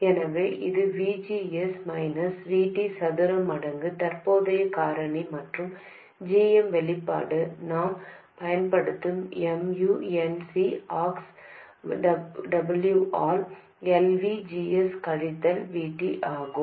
எனவே இது V G S minus V T சதுர மடங்கு தற்போதைய காரணி மற்றும் g m வெளிப்பாடு நாம் பயன்படுத்தும் mu n C ox W ஆல் L V G S கழித்தல் V T ஆகும்